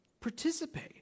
participate